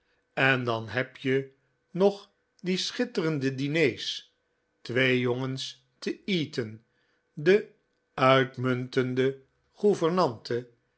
en dan heb je nog die schitterende diners twee jongens te eton de uitmuntende